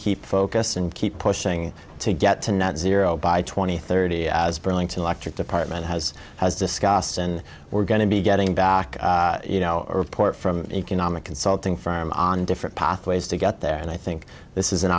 keep focused and keep pushing to get to net zero by twenty thirty as burlington electric department has discussed and we're going to be getting back you know a report from an economic consulting firm on different pathways to get there and i think this is an